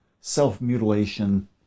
self-mutilation